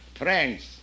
friends